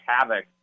havoc